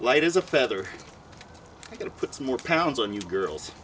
light is a feather it puts more pounds on you girls